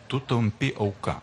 tu tampi auka